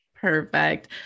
Perfect